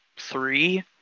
three